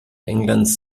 englands